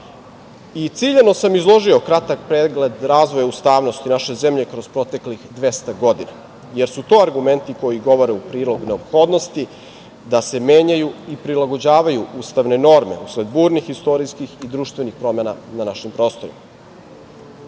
račun. Ciljano sam izložio kratak pregled razvoja ustavnosti naše zemlje kroz proteklih 200 godina, jer su to argumenti koji govore u prilog neophodnosti da se menjaju i prilagođavaju ustavne norme, usled burnih istorijskih i društvenih promena na našem prostoru. Zato